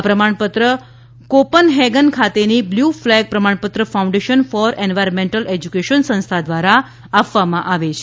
આ પ્રમાણપત્ર કોપનહેગન ખાતેની બ્લુ ફલેગ પ્રમાણપત્ર ફાઉન્ડેશન ફોર એનવાયરમેન્ટલ એજયુકેશન સંસ્થા ધ્વારા આપવામાં આવે છે